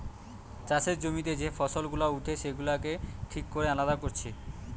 চাষের জমিতে যে ফসল গুলা উঠে সেগুলাকে ঠিক কোরে আলাদা কোরছে